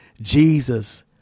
Jesus